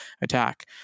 attack